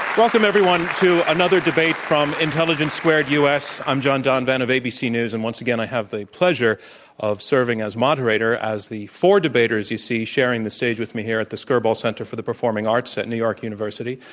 welcome to another debate from intelligence squared u. s. i'm john donvan of abc news and, once again, i have the pleasure of serving as moderator as the four debaters as you see sharing the stage with me here at the skirball center for the performing arts at new york university.